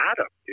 Adam